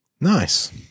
Nice